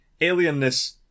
alienness